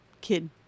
kid